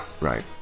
right